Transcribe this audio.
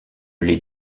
l’ai